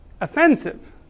offensive